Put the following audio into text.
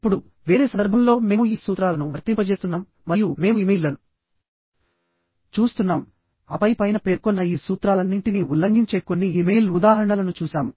ఇప్పుడు వేరే సందర్భంలో మేము ఈ సూత్రాలను వర్తింపజేస్తున్నాం మరియు మేము ఇమెయిల్లను చూస్తున్నాం ఆపై పైన పేర్కొన్న ఈ సూత్రాలన్నింటినీ ఉల్లంఘించే కొన్ని ఇమెయిల్ ఉదాహరణలను చూశాము